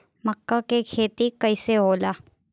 मका के खेती कइसे होला?